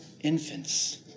infants